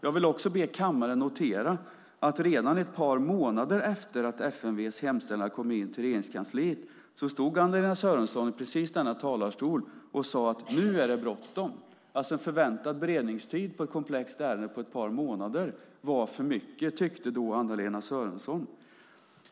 Jag vill också be kammaren att notera att redan ett par månader efter att FMV:s hemställan kom in till Regeringskansliet stod Anna-Lena Sörenson i denna talarstol och sade att nu är det bråttom. En förväntad beredningstid i ett komplext ärende på ett par månader var för mycket, tyckte Anna-Lena Sörenson då.